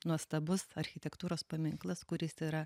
nuostabus architektūros paminklas kuris yra